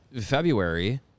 February